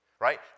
Right